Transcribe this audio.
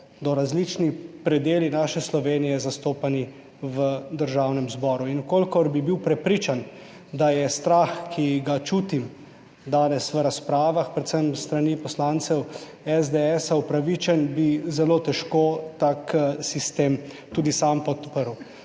bodo različni predeli naše Slovenije zastopani v Državnem zboru in v kolikor bi bil prepričan, da je strah, ki ga čutim danes v razpravah, predvsem s strani poslancev SDS, upravičen bi zelo težko tak sistem tudi sam podprl.